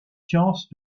sciences